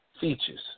features